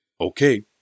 Okay